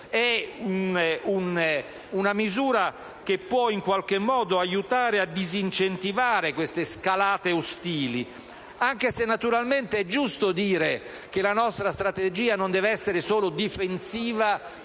è una misura che può in qualche modo aiutare a disincentivare le scalate ostili. Naturalmente è giusto dire che la nostra strategia non deve essere solo difensiva,